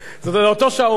זה אותו שעון.